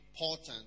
important